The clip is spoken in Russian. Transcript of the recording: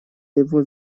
его